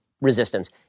resistance